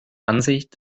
ansicht